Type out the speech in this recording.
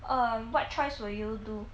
um what choice will you do